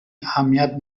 اهمیت